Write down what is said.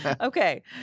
Okay